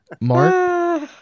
mark